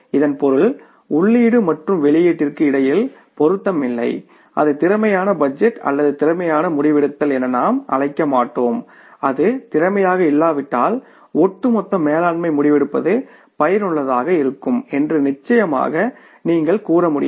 இதன் பொருள் உள்ளீடு மற்றும் வெளியீட்டிற்கு இடையில் பொருத்தம் இல்லை அது திறமையான பட்ஜெட் அல்லது திறமையான முடிவெடுத்தல் என நாம் அழைக்க மாட்டோம் அது திறமையாக இல்லாவிட்டால் ஒட்டுமொத்த மேலாண்மை முடிவெடுப்பது பயனுள்ளதாக இருக்கும் என்று நிச்சயமாக நீங்கள் கூற முடியாது